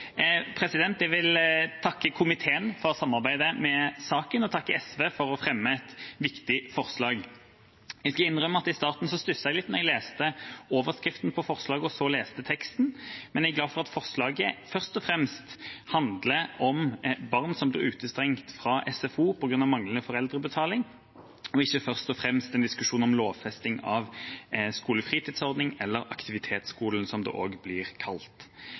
Jeg vil takke komiteen for samarbeidet i saken og SV for å ha fremmet et viktig forslag. Jeg må innrømme at jeg i starten stusset litt da jeg leste overskriften på forslaget og så leste teksten, men jeg er glad for at forslaget først og fremst handler om barn som blir utestengt fra SFO på grunn av manglende foreldrebetaling, og ikke først og fremst er en diskusjon om lovfesting av skolefritidsordningen, eller aktivitetsskolen, som det også blir kalt.